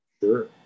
Sure